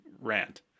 rant